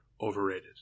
overrated